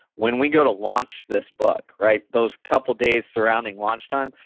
when we go to launch this book, right? those couple days surrounding launch time,